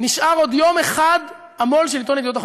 נשאר עוד יום אחד המו"ל של עיתון "ידיעות אחרונות".